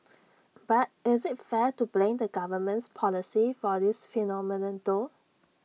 but is IT fair to blame the government's policy for this phenomenon though